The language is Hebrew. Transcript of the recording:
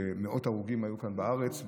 ומאות הרוגים היו כאן בארץ.